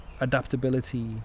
adaptability